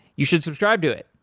you should subscribe to it.